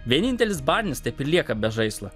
vienintelis barnis taip ir lieka be žaislo